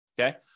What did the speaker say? okay